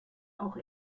auch